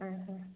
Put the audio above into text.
ಹಾಂ ಹಾಂ